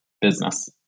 business